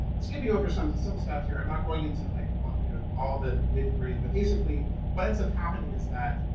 skipping over some some stuff here i'm not going into, like ah you know, all the nitty gritty, but basically what ends up happening is that